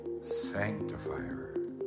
sanctifier